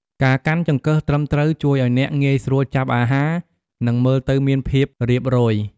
ការកាន់ចង្កឹះត្រឹមត្រូវ ជួយឱ្យអ្នកងាយស្រួលចាប់អាហារ និងមើលទៅមានភាពរៀបរយ។